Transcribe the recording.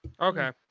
okay